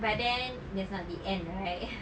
but then that's not the end right